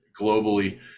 globally